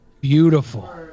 beautiful